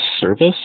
service